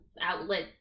outlet